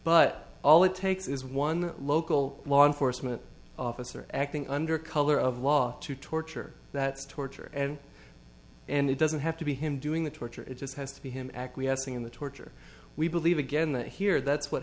but all it takes is one local law enforcement officer acting under color of law to torture that's torture and and it doesn't have to be him doing the torture it just has to be him acquiescing in the torture we believe again that here that's what